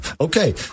Okay